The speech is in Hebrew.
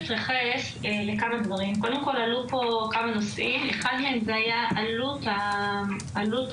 עלו פה כמה נושאים, אחד מהם היה עלות ההנגשה.